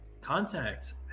contact